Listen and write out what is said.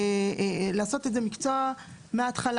לעשות את זה מקצוע מהתחלה.